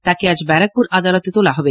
তাকে আজ ব্যারাকপুর আদালতে তোলা হবে